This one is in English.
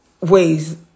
ways